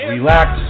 Relax